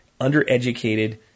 undereducated